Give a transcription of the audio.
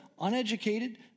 uneducated